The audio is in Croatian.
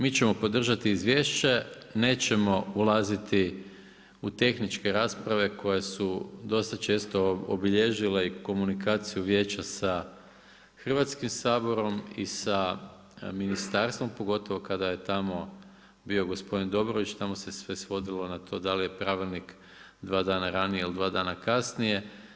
Mi ćemo podržati izvješće, nećemo ulaziti u tehničke rasprave koje su dosta često obilježile i komunikaciju vijeća sa Hrvatskim saborom i sa ministarstvom pogotovo kada je tamo bio gospodin Dobrović, tamo se sve svodilo na to da li je pravilnik dva dana ranije ili dva dana kasnije.